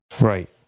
Right